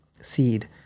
seed